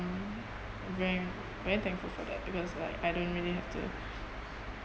very very thankful for that because like I don't really have to